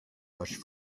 rushed